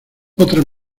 otra